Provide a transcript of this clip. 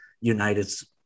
United's